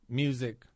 music